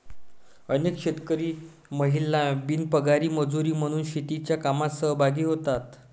अनेक शेतकरी महिला बिनपगारी मजुरी म्हणून शेतीच्या कामात सहभागी होतात